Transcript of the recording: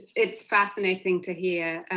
it's fascinating to hear